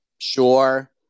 sure